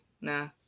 Nah